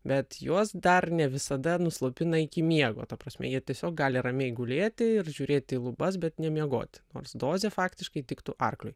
bet juos dar ne visada nuslopina iki miego ta prasme jie tiesiog gali ramiai gulėti ir žiūrėti į lubas bet nemiegoti nors dozė faktiškai tiktų arkliui